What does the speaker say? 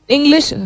English